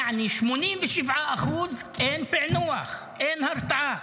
יעני ב-78% אין פיענוח, אין הרתעה.